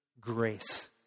grace